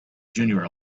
junior